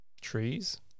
Trees